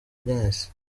mwese